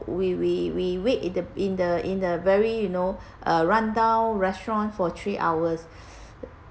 we we we wait in the in the in the very you know a rundown restaurant for three hours